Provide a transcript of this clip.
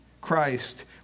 Christ